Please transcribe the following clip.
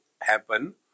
happen